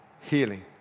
healing